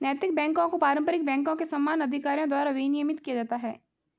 नैतिक बैकों को पारंपरिक बैंकों के समान अधिकारियों द्वारा विनियमित किया जाता है